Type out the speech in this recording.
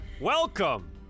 Welcome